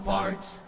Parts